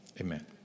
Amen